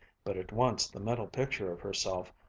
but at once the mental picture of herself,